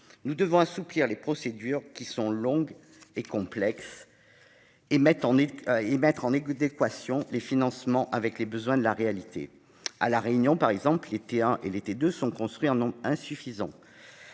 nous devons assouplir les procédures, qui sont longues et complexes, et mettre en adéquation les financements avec les besoins réels. À La Réunion, par exemple, les Tl et les T2 sont construits en nombre insuffisant.